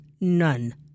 None